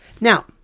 Now